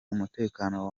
umutekano